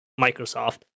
Microsoft